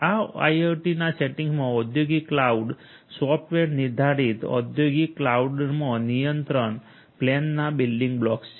આ આઈઆઈઓટી સેટિંગ્સમાં ઔદ્યોગિક કલોઉડ સોફ્ટવેર નિર્ધારિત ઔદ્યોગિક કલોઉડમાં નિયંત્રણ પ્લેનના બિલ્ડિંગ બ્લોક્સ છે